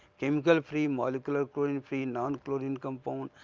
chemical free, molecular chlorine free, non chlorine compound,